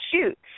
shoot